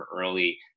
early